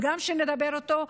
וגם שנדבר אותו,